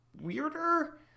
weirder